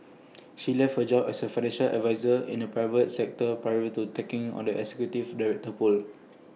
she left her job as A financial adviser in the private sector prior to taking on the executive director role